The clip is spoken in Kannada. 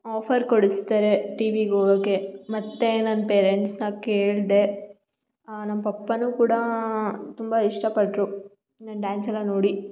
ಆಫರ್ ಕೊಡಿಸ್ತಾರೆ ಟಿ ವಿಗೋಗಕ್ಕೆ ಮತ್ತು ನನ್ನ ಪೇರೆಂಟ್ಸನ್ನ ಕೇಳಿದೆ ನಮ್ಮ ಪಪ್ಪನೂ ಕೂಡ ತುಂಬ ಇಷ್ಟಪಟ್ಟರು ನನ್ನ ಡಾನ್ಸ್ ಎಲ್ಲ ನೋಡಿ